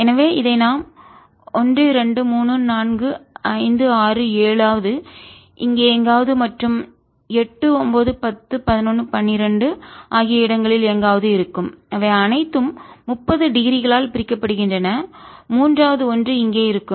எனவே இதை நாம் 1 2 3 4 5 6 7 வது இங்கே எங்காவது மற்றும் 8 9 10 11 12 ஆகிய இடங்களில் எங்காவது இருக்கும் அவை அனைத்தும் 30 டிகிரிகளால் பிரிக்கப்படுகின்றன மூன்றாவது ஒன்று இங்கே இருக்கும்